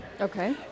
Okay